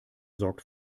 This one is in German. sorgt